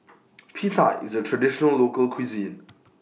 Pita IS A Traditional Local Cuisine